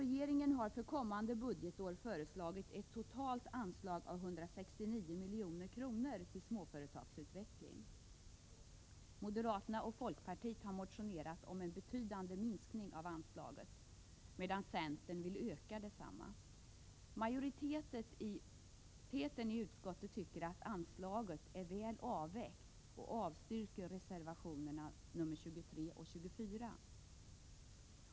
Regeringen har för kommande budgetår föreslagit ett totalt anslag på 169 milj.kr. till småföretagsutveckling. Moderaterna och folkpartiet har motionerat om en betydande minskning av anslaget, medan centern vill öka detsamma. Majoriteten i utskottet anser att anslaget är väl avvägt. Därför yrkas avslag på reservationerna 23 och 24.